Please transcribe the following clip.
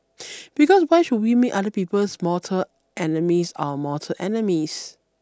because why should we make other people's mortal enemies our mortal enemies